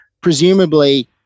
presumably